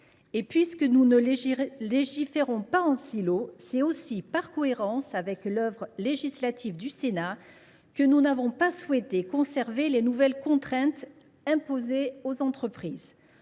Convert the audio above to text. Puisque nous ne légiférons pas en silo, c’est en cohérence avec l’œuvre législative du Sénat que nous n’avons pas souhaité conserver les nouvelles contraintes imposées aux entreprises.